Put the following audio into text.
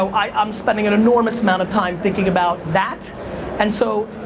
so i'm spending an enormous amount of time thinking about that and so,